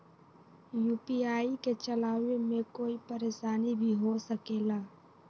UPI के चलावे मे कोई परेशानी भी हो सकेला?